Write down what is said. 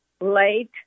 late